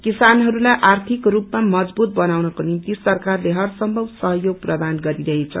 किसानहरूलाई आर्थिक रूपमा मजवूत बनाउनको निम्ति सरकारले हर सम्भव सहयोग प्रदान गरिरहेछ